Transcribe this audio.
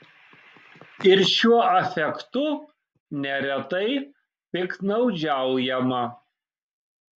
ir šiuo afektu neretai piktnaudžiaujama